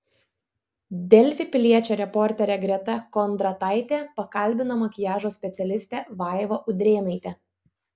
delfi piliečio reporterė greta kondrataitė pakalbino makiažo specialistę vaivą udrėnaitę